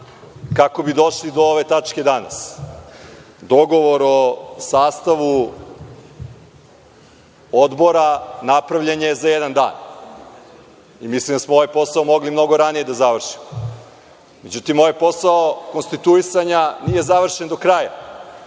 kako bi došli do ove tačke danas. Dogovor o sastavu odbora napravljen je za jedan dan. Mislim da smo ovaj posao mogli mnogo ranije da završimo.Međutim, ovaj posao konstituisanja nije završen do kraja,